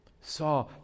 saw